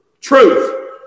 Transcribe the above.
Truth